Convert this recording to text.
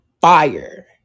fire